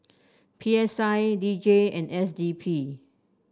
P S I D J and S D P